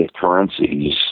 currencies